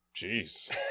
Jeez